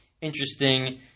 interesting